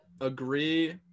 agree